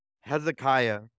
Hezekiah